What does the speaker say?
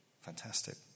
Fantastic